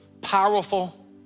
powerful